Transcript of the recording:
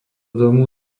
domu